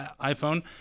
iphone